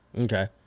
Okay